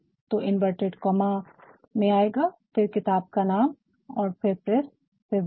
तो ये inverted comma inverted comma उद्धरण चिन्ह में आएगा और फिर किताब का नाम और फिर प्रेस का फिर वर्ष